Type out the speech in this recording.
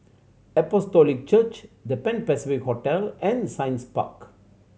Apostolic Church The Pan Pacific Hotel and Science Park